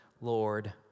Lord